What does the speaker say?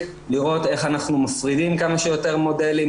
לראות איך אנחנו מפרידים כמה שיותר מודלים,